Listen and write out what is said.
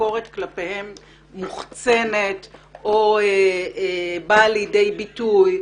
שביקורת כלפיהם מוחצנת או באה לידי ביטוי,